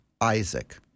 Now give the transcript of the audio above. Isaac